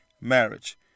Marriage